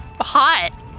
hot